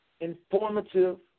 informative